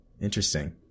Interesting